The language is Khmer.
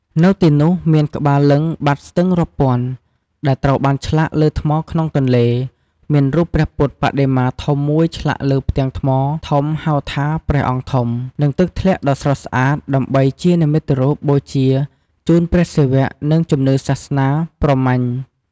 នៅទីនោះ មាន ក្បាលលិង្គបាតស្ទឹងរាប់ពាន់ ដែលត្រូវបានឆ្លាក់លើថ្មក្នុងទន្លេ មានរូបព្រះពុទ្ធបដិមាធំមួយឆ្លាក់លើផ្ទាំងថ្មធំ ហៅថាព្រះអង្គធំ និងទឹកធ្លាក់ដ៏ស្រស់ស្អាត ដើម្បីជានិមិត្តរូបបូជាជូនព្រះសិវៈ ក្នុងជំនឿសាសនាព្រហ្មញ្ញ ។